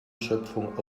schöpfung